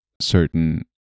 certain